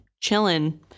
chilling